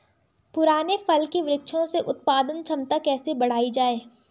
पुराने फल के वृक्षों से उत्पादन क्षमता कैसे बढ़ायी जाए?